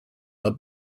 are